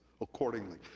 accordingly